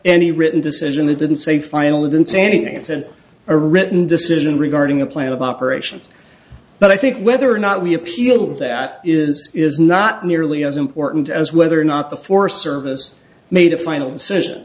any written decision it didn't say final didn't say anything it's in a written decision regarding a plan of operations but i think whether or not we appeal that is is not nearly as important as whether or not the forest service made a final decision